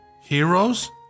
Heroes